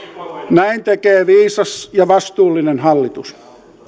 näin tekee viisas ja vastuullinen hallitus